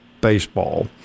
baseball